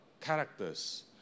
characters